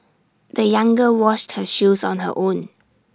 the young girl washed her shoes on her own